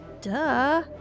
Duh